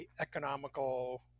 economical